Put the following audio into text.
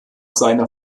seiner